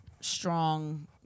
strong